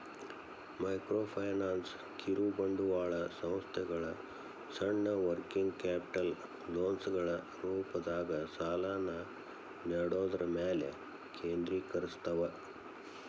microfinance ಕಿರುಬಂಡವಾಳ ಸಂಸ್ಥೆಗಳ ಸಣ್ಣ ವರ್ಕಿಂಗ್ ಕ್ಯಾಪಿಟಲ್ ಲೋನ್ಗಳ ರೂಪದಾಗ ಸಾಲನ ನೇಡೋದ್ರ ಮ್ಯಾಲೆ ಕೇಂದ್ರೇಕರಸ್ತವ